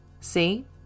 See